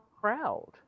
crowd